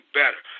better